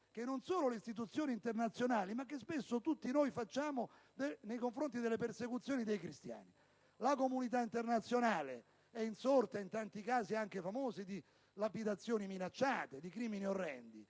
fanno solo le organizzazioni internazionali, ma che spesso tutti noi facciamo nei confronti delle persecuzioni dei cristiani. La comunità internazionale è insorta in tanti casi, anche famosi, di lapidazioni minacciate o di crimini orrendi,